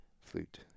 Flute